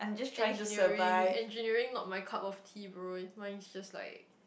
engineering engineering not my cup of tea bro mine is just like